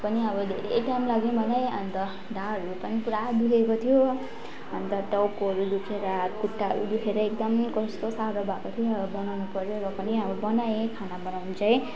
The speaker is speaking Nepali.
पनि अब धेरै टाइम लाग्यो मलाई अन्त ढाडहरूपनि मलाई पुरा दुखेको थियो अन्त टाउकोहरू दुखेर हात खुट्टाहरू दुखेर एकदम कस्तो साह्रो भएको थियो अब बनाउनु पऱ्यो र पनि अब बनाएँ खाना बनाउनु चाहिँ